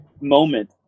moment